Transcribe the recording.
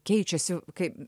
keičiasi kaip